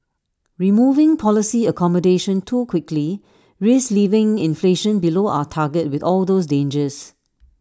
removing policy accommodation too quickly risks leaving inflation below our target with all those dangers